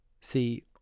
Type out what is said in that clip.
see